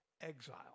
Exile